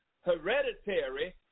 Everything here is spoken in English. hereditary